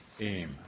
aim